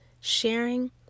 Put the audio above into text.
Sharing